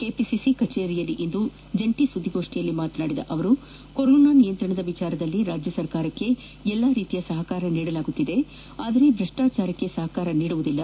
KPCC ಕಚೇರಿಯಲ್ಲಿಂದು ಜಂಟಿ ಸುದ್ದಿಗೋಷ್ಠಿಯಲ್ಲಿ ಮಾತನಾಡಿದ ಅವರು ಕೊರೊನಾ ನಿಯಂತ್ರಣದ ವಿಷಯದಲ್ಲಿ ರಾಜ್ಯ ಸರ್ಕಾರಕ್ಕೆ ಎಲ್ಲ ರೀತಿಯ ಸಹಕಾರ ನೀಡುತ್ತೇವೆ ಆದರೆ ಭ್ರಷ್ಟಾಚಾರಕ್ಕೆ ಸಹಕಾರ ನೀಡುವುದಿಲ್ಲ